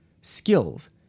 skills